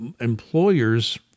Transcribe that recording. employers